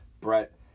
Brett